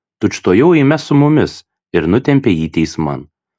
tučtuojau eime su mumis ir nutempė jį teisman